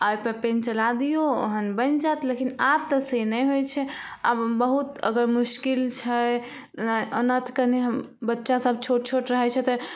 आओर ओइपर पेन चला दियौ ओहेन बनि जायत लेकिन आब तऽ से नहि होइ छै आब बहुत अगर मस्किल छै ओना तऽ कनि हम बच्चा सब छोट छोट रहय छै तऽ